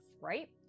right